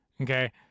okay